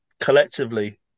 collectively